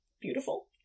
beautiful